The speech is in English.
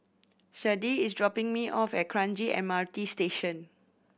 Sharde is dropping me off at Kranji M R T Station